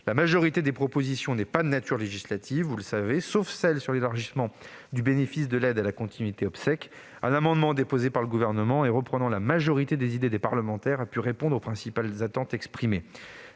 La majorité des propositions n'est pas de nature législative, sauf celle sur l'élargissement du bénéfice de l'aide obsèques. Un amendement, déposé par le Gouvernement et reprenant la majorité des idées des parlementaires, a pu répondre aux principales attentes exprimées.